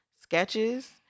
sketches